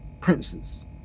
princes